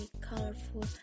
colorful